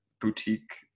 boutique